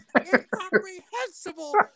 incomprehensible